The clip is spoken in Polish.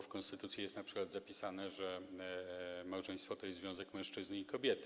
W konstytucji jest np. zapisane, że małżeństwo to jest związek mężczyzny i kobiety.